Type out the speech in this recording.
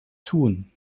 tun